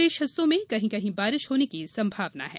शेष हिस्सों में कहीं कहीं बारिश होने की संभावना है